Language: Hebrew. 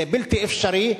זה בלתי אפשרי.